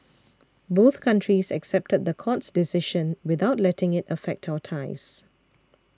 both countries accepted the court's decision without letting it affect our ties